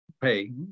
pay